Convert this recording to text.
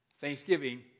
Thanksgiving